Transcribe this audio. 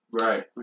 Right